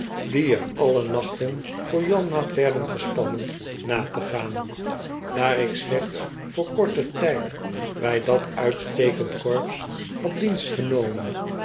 die er alle nachten voor janmaat werden gespannen na te gaan daar ik slechts voor korten tijd bij dat uitstekend korps had dienst genomen